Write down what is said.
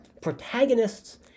protagonists